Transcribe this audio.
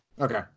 Okay